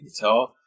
guitar